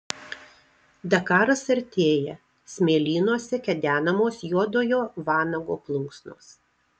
dakaras artėja smėlynuose kedenamos juodojo vanago plunksnos